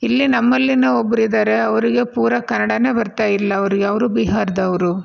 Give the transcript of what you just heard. ಇಲ್ಲಿ ನಮ್ಮಲ್ಲಿನೂ ಒಬ್ರು ಇದ್ದಾರೆ ಅವರಿಗೆ ಪೂರ ಕನ್ನಡನೇ ಬರ್ತಾಯಿಲ್ಲ ಅವರಿಗೆ ಅವರು ಬಿಹಾರದವರು